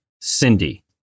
Cindy